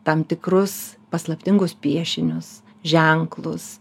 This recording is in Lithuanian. tam tikrus paslaptingus piešinius ženklus